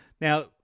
Now